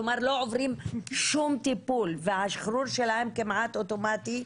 כלומר לא עוברים שום טיפול והשחרור שלהם כמעט אוטומטי,